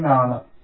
9 ആണ്